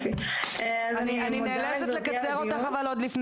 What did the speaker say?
אני מודה על הדיון.